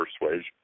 persuasion